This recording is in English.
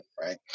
right